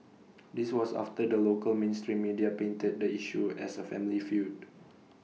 this was after the local mainstream media painted the issue as A family feud